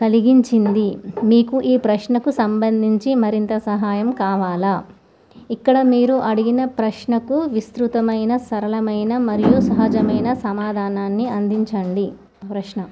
కలిగించింది మీకు ఈ ప్రశ్నకు సంబంధించి మరింత సహాయం కావాలా ఇక్కడ మీరు అడిగిన ప్రశ్నకు విస్తృతమైన సరళమైన మరియు సహజమైన సమాధానాన్ని అందించండి ప్రశ్న